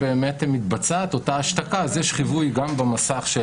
כשמתבצעת אותה השתקה יש חיווי גם במסך של